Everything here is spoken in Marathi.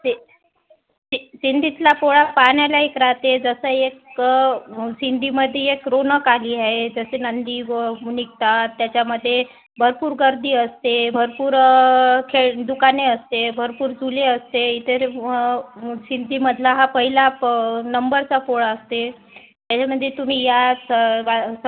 सि सि सिंदीतला पोळा पाहण्यालायक राहते जसं एक सिंदीमध्ये एक रौनक आली आहे जसे नंदी व निघतात त्याच्यामध्ये भरपूर गर्दी असते भरपूर खेळ दुकाने असते भरपूर चुले असते इतर सिंदीमधला हा पहिला प नंबरचा पोळा असते त्याच्यामध्ये तुम्ही या स